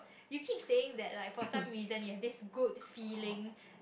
you keep saying that like for some reason you have this good feeling